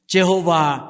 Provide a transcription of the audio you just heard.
Jehovah